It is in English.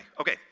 Okay